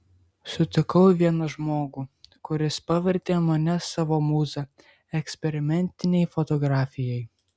sutikau vieną žmogų kuris pavertė mane savo mūza eksperimentinei fotografijai